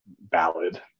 ballad